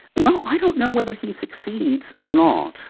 well, i don't know whether he succeeds or not.